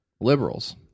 liberals